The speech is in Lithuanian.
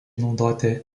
naudoti